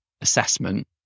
assessment